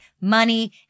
money